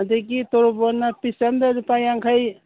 ꯑꯗꯒꯤ ꯇꯣꯔꯣꯕꯣꯠꯅ ꯄꯤꯁ ꯑꯃꯗ ꯂꯨꯄꯥ ꯌꯥꯡꯈꯩ